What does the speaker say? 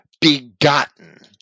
begotten